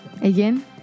Again